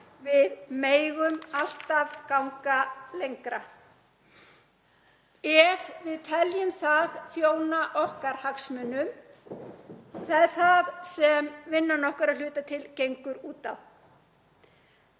við megum alltaf ganga lengra ef við teljum það þjóna okkar hagsmunum og það er það sem vinnan okkar gengur út á